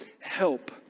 help